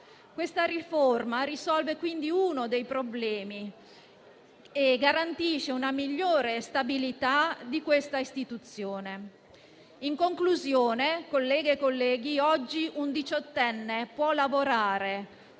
Questa riforma risolve, quindi, uno dei problemi e garantisce una migliore stabilità di tale istituzione. In conclusione, colleghe e colleghi, oggi un diciottenne può lavorare,